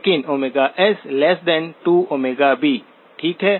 लेकिन S2B ठीक है